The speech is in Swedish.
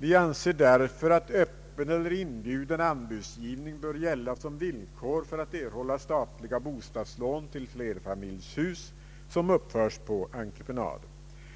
Vi anser därför att öppen eller inbjuden anbudsgivning bör gälla som villkor för att erhålla statliga bostadslån till flerfamiljshus som uppförs på entreprenad.